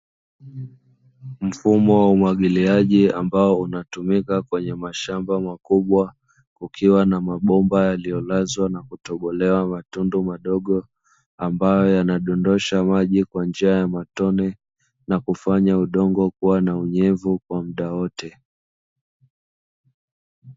Mfumo wa umwagiliaji ambao unatumika kwenye mashamba makubwa, kukiwa na mabomba yaliyolazwa na kutobolewa matundu madogo ambayo yanadondosha maji kwa njia ya matone, na kufanya udongo kuwa na unyevu kwa muda wote.